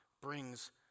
brings